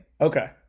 Okay